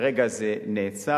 כרגע זה נעצר.